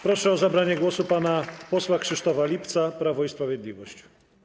Proszę o zabranie głosu pana posła Krzysztofa Lipca, Prawo i Sprawiedliwość.